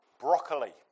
Broccoli